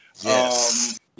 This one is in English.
Yes